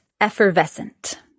effervescent